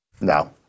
No